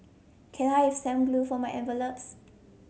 can I have some glue for my envelopes